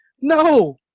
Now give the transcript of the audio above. No